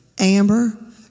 Amber